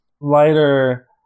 lighter